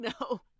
No